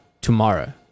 tomorrow